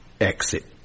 Exit